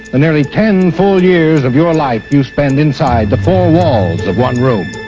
the nearly ten full years of your life you spend inside the four walls of one room.